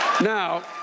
Now